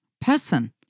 person